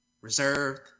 reserved